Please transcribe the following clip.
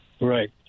Right